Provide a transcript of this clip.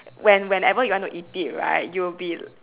when whenever you want to eat it right you'll be